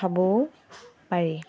খাবও পাৰি